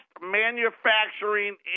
manufacturing